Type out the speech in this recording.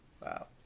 Wow